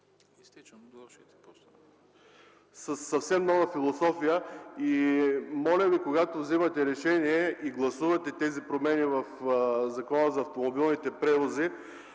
преди малко, са със съвсем нова философия. Моля ви, когато вземате решение и гласувате тези промени в Закона за автомобилните превози,